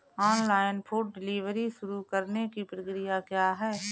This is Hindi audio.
ऑनलाइन फूड डिलीवरी शुरू करने की प्रक्रिया क्या है?